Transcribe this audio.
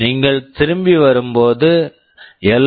நீங்கள் திரும்பி வரும்போது எல்